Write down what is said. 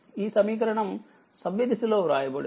ఈ సమీకరణం సవ్యదిశ లో వ్రాయబడింది